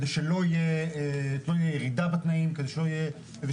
לא תעמדי עם שעון עצר כשמישהו